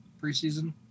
preseason